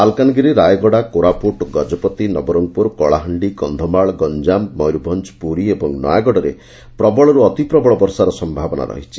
ମାଲକାନଗିରି ରାୟଗଡ଼ା କୋରାପୁଟ ଗଜପତି ନବରଙ୍ଙପୁର କଳାହାଣ୍ଡି କଦ୍ଧମାଳ ଗଞାମ ମୟରଭଞ ପୁରୀ ଏବଂ ନୟାଗଡ଼ରେ ପ୍ରବଳରୁ ଅତି ପ୍ରବଳ ବର୍ଷାର ସ୍ୟାବନା ରହିଛି